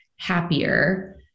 Happier